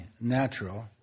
natural